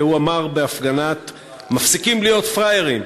והוא אמר בהפגנה ביולי 2012: מפסיקים להיות פראיירים.